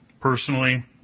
personally